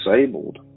disabled